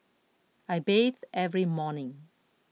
I bathe every morning